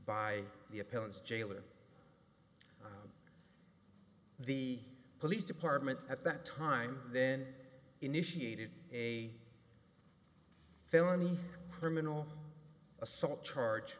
by the appellants jailer the police department at that time then initiated a felony criminal assault charge